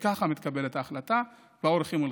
וככה מתקבלת ההחלטה והאורחים הולכים.